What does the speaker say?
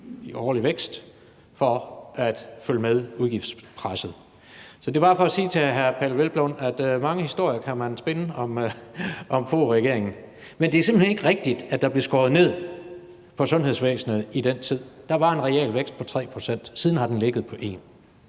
i årlig vækst for at følge med udgiftspresset. Så det er bare for at sige til hr. Peder Hvelplund, at man kan spinde mange historier om Foghregeringen, men det er simpelt hen ikke rigtigt, at der blev skåret ned på sundhedsvæsenet i den tid. Der var en realvækst på 3 pct. – siden har den ligget på 1.